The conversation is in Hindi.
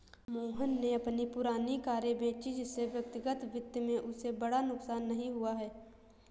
मोहन ने अपनी पुरानी कारें बेची जिससे व्यक्तिगत वित्त में उसे बड़ा नुकसान नहीं हुआ है